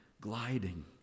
gliding